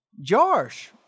josh